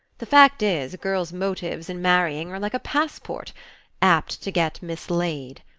the fact is, a girl's motives in marrying are like a passport apt to get mislaid.